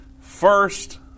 first